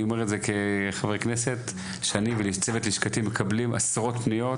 אני אומר את זה בח"כ שאני וצוות לשכתי מקבלים עשרות פניות,